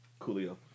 Coolio